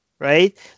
Right